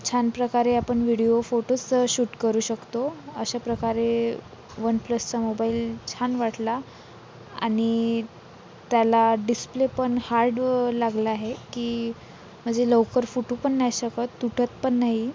छान प्रकारे आपण विडियो फोटोज् शूट करू शकतो अशा प्रकारे वन प्लसचा मोबाइल छान वाटला आणि त्याला डिस्प्ले पण हार्ड लागला आहे की म्हणजे लवकर फुटू पण नाही शकत तुटत पण नाही